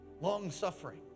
Long-suffering